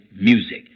music